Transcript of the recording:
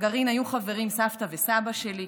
בגרעין היו חברים סבתא וסבא שלי,